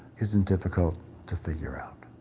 isn't difficult to figure out.